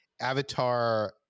avatar